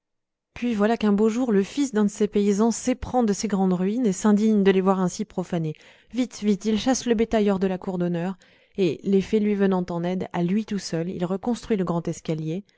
puis voilà qu'un beau jour le fils d'un de ces paysans s'éprend de ces grandes ruines et s'indigne de les voir ainsi profanées vite vite il chasse le bétail hors de la cour d'honneur et les fées lui venant en aide à lui tout seul il reconstruit le grand escalier